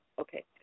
Okay